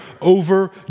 over